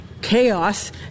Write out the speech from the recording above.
chaos